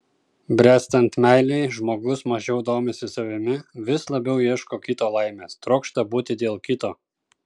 bręstant meilei žmogus mažiau domisi savimi vis labiau ieško kito laimės trokšta būti dėl kito